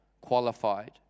qualified